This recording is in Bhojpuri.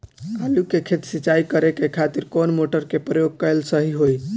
आलू के खेत सिंचाई करे के खातिर कौन मोटर के प्रयोग कएल सही होई?